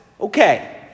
Okay